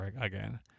again